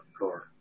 car